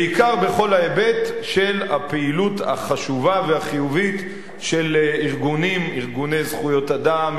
בעיקר בכל ההיבט של הפעילות החשובה והחיובית של ארגוני זכויות אדם,